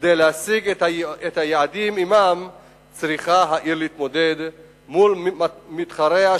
כדי להשיג את היעדים שעמם צריכה העיר להתמודד מול מתחריה,